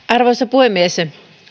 arvoisa puhemies